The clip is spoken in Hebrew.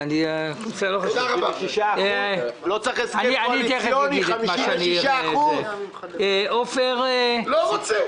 לא צריך הסכם קואליציוני 56%. לא רוצה.